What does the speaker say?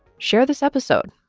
share this episode.